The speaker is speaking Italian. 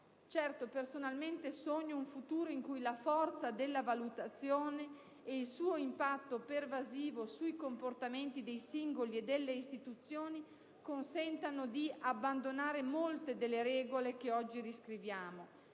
Certo, personalmente sogno un futuro in cui la forza della valutazione e il suo impatto pervasivo sui comportamenti dei singoli e delle istituzioni consentano di abbandonare molte delle regole che oggi riscriviamo.